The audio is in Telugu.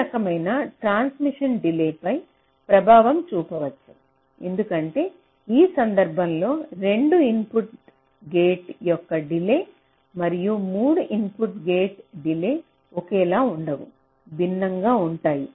ఈ రకమైన ట్రాన్స్మిషన్ డిలేపై ప్రభావం చూపవచ్చు ఎందుకంటే ఈ సందర్భంలో 2 ఇన్పుట్ గేట్ యొక్క డిలే మరియు 3 ఇన్పుట్ గేట్ డిలే ఒకేలా ఉండవు భిన్నంగా ఉంటాయి